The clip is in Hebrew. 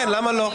כן, למה לא?